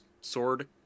Sword